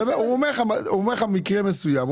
הוא מדבר על מקרה מסוים.